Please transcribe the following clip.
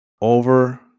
over